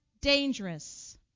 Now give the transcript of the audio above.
dangerous